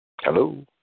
Hello